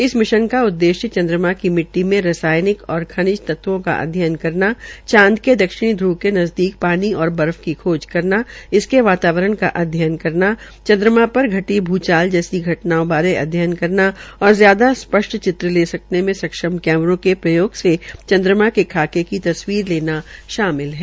इस मिशन का उद्देश्य चन्द्रमा की मिट्टी में रसायनिक और खनिज तत्वों को अध्ययन करना चांद के दक्षिणी ध्र्व के नजदींक पानी और बर्फ की खोज करना इसके वातावरण का अध्ययन करना चन्द्रमा के घटी भूंकप जैसी घटनाओं का अध्ययन करना और ज्यादा स्पष्ट चित्र ले सकने में सक्षम कैमरों के प्रयोग से चन्द्रमा का खाके की चन्द्रमां की तस्वीरे लेना शामिल है